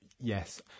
Yes